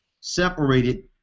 separated